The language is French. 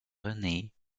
renée